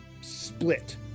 split